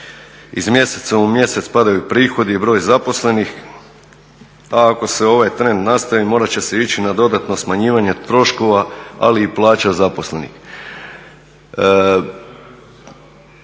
iz mjeseca u mjesec padaju prihodi i broj zaposlenih, a ako se ovaj trend nastavi morat će se ići na dodatno smanjivanje troškova ali i plaća zaposlenih.